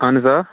اَہَن حظ آ